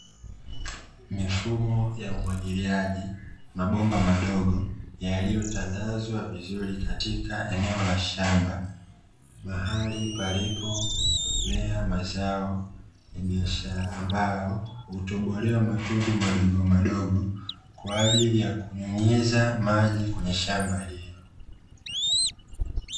Mifumo ya umwagiliaji, mabomba madogo yaliyotandazwa vizuri katika eneo la shamba, mahali palipomea mazao ya biashara ambayo hutobolewa matundu madogomadogo kwa ajili ya kunyunyiza maji kwenye shamba hilo.